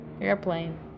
airplane